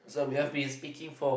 so we have been speaking for